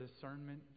discernment